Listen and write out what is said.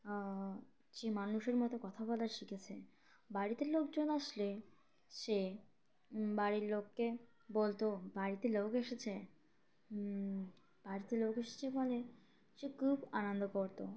সে মানুষের মতো কথা বলা শিখেছে বাড়িতে লোকজন আসলে সে বাড়ির লোককে বলতো বাড়িতে লোক এসেছে বাড়িতে লোক এসেছে বলে সে খুব আনন্দ করতো